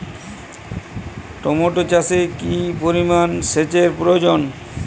Tomato চাষে কি পরিমান সেচের প্রয়োজন?